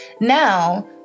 Now